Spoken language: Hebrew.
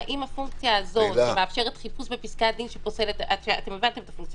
והאם הפונקציה הזאת שמאפשרת חיפוש בפסקי הדין שפוסלת הבנתם את השאלה